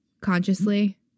consciously